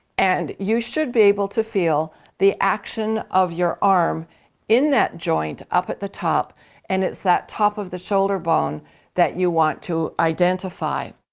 and you should be able to feel the action of your arm in that joint up at the top and it's that top of the shoulder bone that you want to identify.